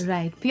Right